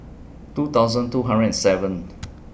two thousand two hundred and seventh